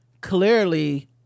clearly